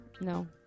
No